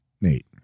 Nate